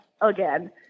Again